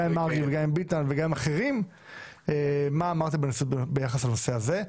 גם עם מרגי וגם ביטן וגם עם אחרים מה אמרתי ביחס לנושא הזה.